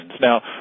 Now